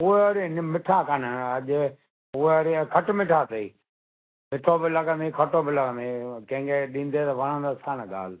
हूअ वरी नि मिठा कोन्ह आहिनि अॼु हूअ वरी खट मिठा अथई मिठो बि लॻंदई खट्टो बि लॻंदई कंहिंखे ॾींदे त वणंदसि कोन्ह ॻाल्हि